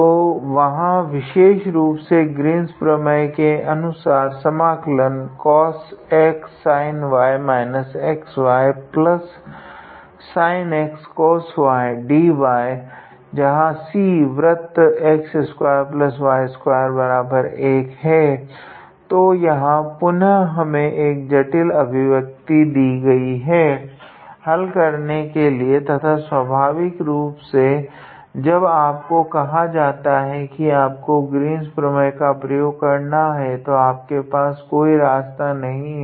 तो यहाँ विशेषरूप से ग्रीन्स प्रमेय के अनुसार जहाँ C वृत्त 𝑥2𝑦21 है तो यहाँ पुनः हमें एक जटिल अभिव्यक्ति दी गई है हल करने के लिए तथा स्वाभाविकरूप से जब आपको कहा जाता है की आपको ग्रीन्स प्रमेय का प्रयोग करना है तो आपके पास कोई रास्ता नहीं है